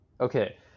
Okay